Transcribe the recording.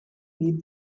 meet